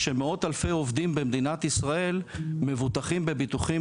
שמאות אלפי עובדים במדינת ישראל מבוטחים בביטוחים